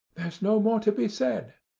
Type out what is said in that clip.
there's no more to be said,